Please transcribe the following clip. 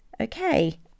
okay